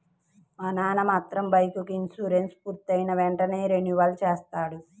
మా నాన్న మాత్రం బైకుకి ఇన్సూరెన్సు పూర్తయిన వెంటనే రెన్యువల్ చేయిస్తాడు